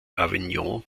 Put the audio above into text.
avignon